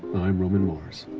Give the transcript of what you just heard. i'm roman mars.